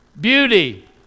Beauty